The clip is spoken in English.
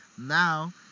Now